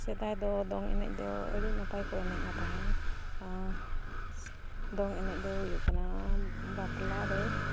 ᱥᱮᱫᱟᱭ ᱫᱚ ᱫᱚᱝ ᱮᱱᱮᱡ ᱫᱚ ᱟᱹᱰᱤ ᱱᱟᱯᱟᱭ ᱠᱚ ᱮᱱᱮᱡᱟ ᱛᱟᱦᱮᱱ ᱫᱚᱝ ᱮᱱᱮᱡ ᱫᱚ ᱦᱩᱭᱩᱜ ᱠᱟᱱᱟ ᱵᱟᱯᱞᱟ ᱨᱮ